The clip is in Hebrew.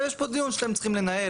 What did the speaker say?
ויש פה דיון שאתם צריכים לנהל,